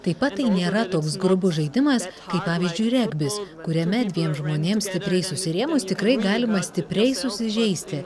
taip pat tai nėra toks grubus žaidimas kaip pavyzdžiui regbis kuriame dviem žmonėms stipriai susirėmus tikrai galima stipriai susižeisti